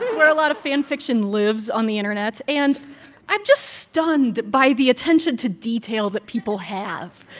where a lot of fan fiction lives on the internet. and i'm just stunned by the attention to detail that people have,